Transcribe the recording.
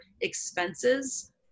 expenses